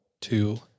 two